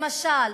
למשל,